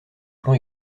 plan